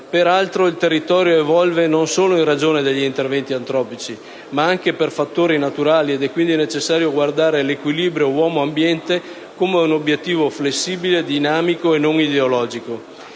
Peraltro, il territorio evolve non solo in ragione degli interventi antropici, ma anche per fattori naturali, ed è quindi necessario guardare all'equilibrio uomo-ambiente come a un obiettivo flessibile, dinamico e non ideologico.